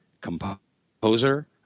composer